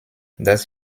dass